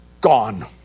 Gone